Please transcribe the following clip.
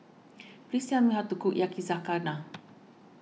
please tell me how to cook Yakizakana